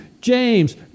James